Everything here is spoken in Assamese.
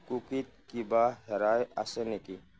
কুকিত কিবা ৰেহাই আছে নেকি